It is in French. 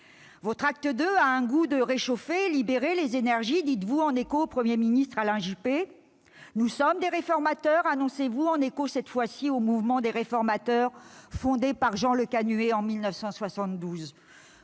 Votre acte II a un goût de réchauffé. « Libérer les énergies », dites-vous en écho à l'ancien Premier ministre Alain Juppé. « Nous sommes des réformateurs », annoncez-vous, en écho, cette fois, au « mouvement des réformateurs » fondé par Jean Lecanuet en 1972.